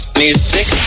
music